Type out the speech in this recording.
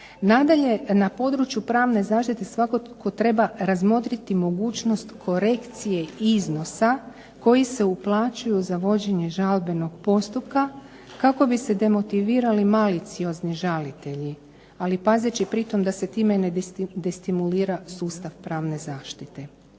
Nadalje na području pravne zaštite svakako treba razmotriti mogućnost korekcije iznosa koji se uplaćuje za vođenje žalbenog postupka, kako bi se demotivirali maliciozni žalitelji, ali pazeći pritom da se time ne destimulira sustav pravne zaštite.